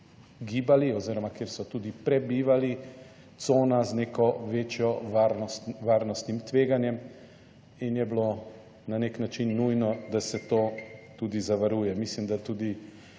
gibali oziroma kjer so tudi prebivali, cona z neko večjo varnostnim tveganjem in je bilo na nek način nujno, da se to tudi zavaruje. Mislim, da tudi